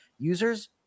users